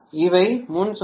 இவை முன் சுமைகள்